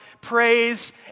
Praise